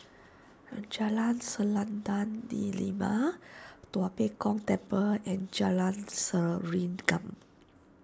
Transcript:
Jalan Selendang Delima Tua Pek Kong Temple and Jalan Serengam